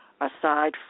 aside